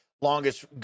longest